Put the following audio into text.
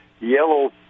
yellow